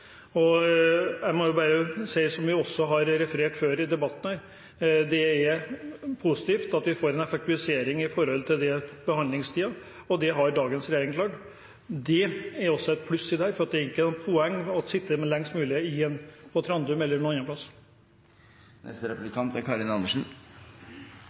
i. Jeg må bare si, som vi også har referert til før i debatten her, at det er positivt at vi får en effektivisering når det gjelder behandlingstiden, og det har dagens regjering klart. Det er også et pluss i dette, for det er ikke noe poeng å sitte lengst mulig på Trandum eller en annen